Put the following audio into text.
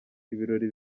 ibirori